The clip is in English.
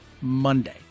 Monday